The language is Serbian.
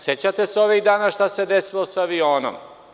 Sećate se ovih dana šta se desilo sa avionom.